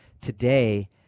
today